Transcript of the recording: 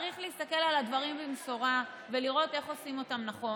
צריך להסתכל על הדברים במשורה ולראות איך עושים אותם נכון.